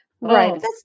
Right